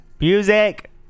music